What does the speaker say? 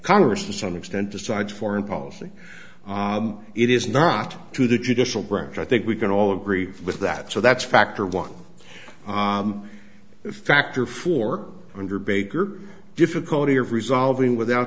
congress to some extent decides foreign policy it is not to the judicial branch i think we can all agree with that so that's factor one factor for under baker difficulty of resolving without